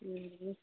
ꯎꯝ